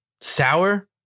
Sour